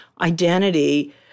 identity